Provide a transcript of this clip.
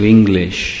English